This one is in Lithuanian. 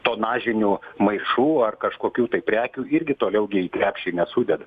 tonažinių maišų ar kažkokių tai prekių irgi to vėlgi į krepšį nesudeda